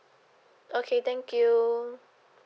okay thank you